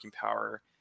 power